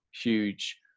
huge